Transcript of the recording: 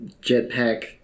jetpack